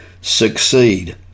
succeed